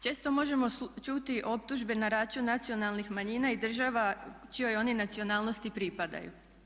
Često možemo čuti optužbe na račun nacionalnih manjina i država čijoj oni nacionalnosti pripadaju.